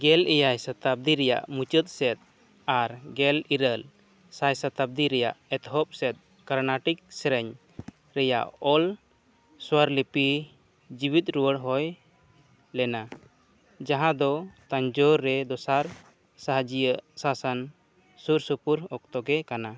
ᱜᱮᱞ ᱮᱭᱟᱭ ᱥᱚᱛᱟᱵᱫᱤ ᱨᱮᱱᱟᱜ ᱢᱩᱪᱟᱹᱫ ᱥᱮᱫ ᱟᱨ ᱜᱮᱞ ᱤᱨᱟᱹᱞ ᱥᱟᱭ ᱥᱚᱛᱟᱵᱫᱤ ᱨᱮᱱᱟᱜ ᱮᱛᱚᱦᱚᱵ ᱥᱮᱫ ᱠᱚᱨᱱᱟᱴᱚᱠ ᱥᱮᱨᱮᱧ ᱨᱮᱱᱟᱜ ᱚᱞ ᱥᱚᱨᱞᱤᱯᱤ ᱡᱮᱣᱮᱫ ᱨᱩᱣᱟᱹᱲ ᱦᱩᱭ ᱞᱮᱱᱟ ᱡᱟᱦᱟᱸ ᱫᱚ ᱛᱟᱧᱡᱳᱨ ᱨᱮ ᱫᱚᱥᱟᱨ ᱥᱟᱦᱡᱤᱭᱟᱜ ᱥᱟᱥᱚᱱ ᱥᱩᱨᱼᱥᱩᱯᱩᱨ ᱚᱠᱛᱚᱜᱮ ᱠᱟᱱᱟ